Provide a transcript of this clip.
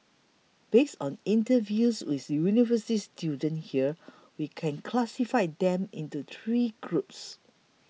based on interviews with university students here we can classify them into three groups